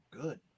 good